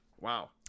Wow